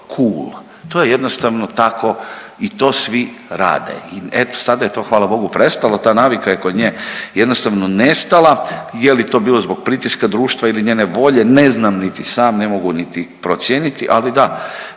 kul, to je jednostavno tako i to svi rade i eto sada je to hvala Bogu prestalo, ta navika je kod nje jednostavno nestala, je li to bilo zbog pritiska društva ili njene volje ne znam niti sam, ne mogu niti procijeniti, ali da